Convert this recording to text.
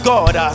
God